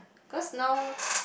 cause now